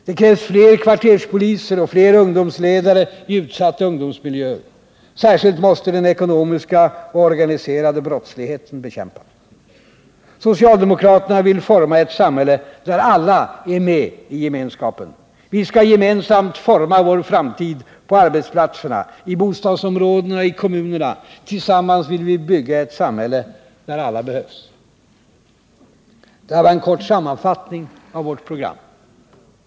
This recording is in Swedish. Det krävs fler kvarterspoliser och fler ungdomsledare i utsatta ungdomsmiljöer. Särskilt måste den ekonomiska och organiserade brottsligheten bekämpas. Socialdemokraterna vill forma ett samhälle där alla är med i gemenskapen. Vi skall gemensamt forma vår framtid på arbetsplatserna, i bostadsområdena och i kommunerna. Tillsammans vill vi bygga ett samhälle där alla behövs. Detta är en kort sammanfattning av vårt program.